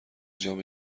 جام